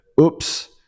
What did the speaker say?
oops